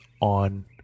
on